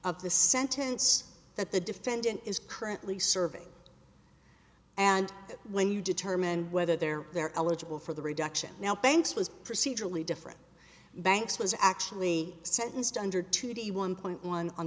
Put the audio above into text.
of the sentence that the defendant is currently serving and when you determine whether they're they're eligible for the reduction now banks was procedurally different banks was actually sentenced under to be one point one on